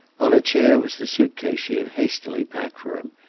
on a chair was the suitcase she had hastily packed for him,